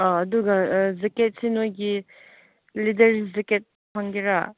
ꯑꯥ ꯑꯗꯨꯒ ꯖꯦꯀꯦꯠꯁꯦ ꯅꯣꯏꯒꯤ ꯂꯦꯗꯔ ꯖꯦꯀꯦꯠ ꯐꯪꯒꯗ꯭ꯔꯥ